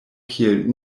kiel